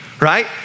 right